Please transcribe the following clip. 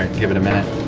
and give it a minute.